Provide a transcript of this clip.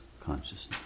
consciousness